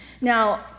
now